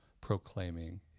proclaiming